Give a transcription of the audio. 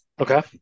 Okay